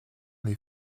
les